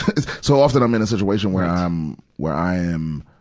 it's so often i'm in a situation where i'm, where i am,